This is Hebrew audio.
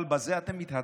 אבל בזה אתם מתהדרים?